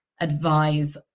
advise